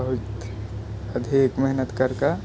आओर अधिक मेहनत करिके